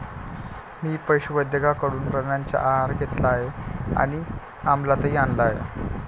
मी पशुवैद्यकाकडून प्राण्यांचा आहार घेतला आहे आणि अमलातही आणला आहे